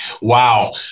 wow